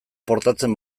portatzen